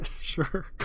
sure